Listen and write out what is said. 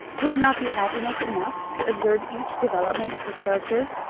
would it not be happiness enough to observe each development of her character,